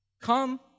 Come